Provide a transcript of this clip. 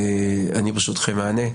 אני ברשותכם אענה.